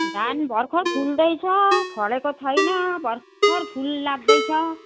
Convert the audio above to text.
धान भर्खर फुल्दैछ फलेको छैन भर्खर फुल लाग्दैछ